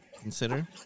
consider